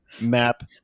Map